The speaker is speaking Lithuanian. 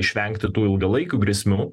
išvengti tų ilgalaikių grėsmių